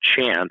chance